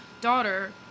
daughter